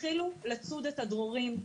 התחילו לצוד את הדרורים.